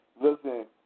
listen